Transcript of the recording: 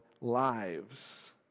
lives